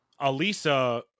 Alisa